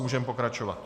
Můžeme pokračovat.